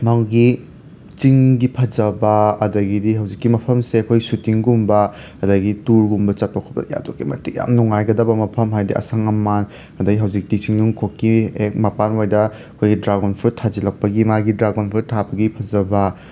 ꯃꯥꯒꯤ ꯆꯤꯡꯒꯤ ꯐꯖꯕ ꯑꯗꯒꯤꯗꯤ ꯍꯧꯖꯤꯛꯀꯤ ꯃꯐꯝꯁꯦ ꯑꯈꯣꯏ ꯁꯨꯇꯤꯡꯒꯨꯝꯕ ꯑꯗꯒꯤ ꯇꯨꯔꯒꯨꯝꯕ ꯆꯠꯄ ꯈꯣꯠꯄ ꯑꯗꯨꯛꯀꯤ ꯃꯇꯤꯛ ꯌꯥꯝꯅ ꯅꯨꯡꯉꯥꯏꯒꯗꯕ ꯃꯐꯝ ꯍꯥꯏꯗꯤ ꯑꯁꯪ ꯑꯃꯥꯟ ꯑꯗꯩ ꯍꯧꯖꯤꯛꯇꯤ ꯆꯤꯡꯅꯨꯡꯀꯣꯛꯀꯤ ꯍꯦꯛ ꯃꯄꯥꯟꯋꯥꯏꯗ ꯑꯩꯈꯣꯏꯒꯤ ꯗ꯭ꯔꯥꯒꯣꯟ ꯐ꯭꯭ꯔꯨꯠ ꯊꯥꯖꯜꯂꯛꯄꯒꯤ ꯃꯥꯒꯤ ꯗ꯭ꯔꯥꯒꯣꯟ ꯐ꯭ꯔꯨꯠ ꯊꯥꯕꯒꯤ ꯐꯖꯕ